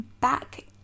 back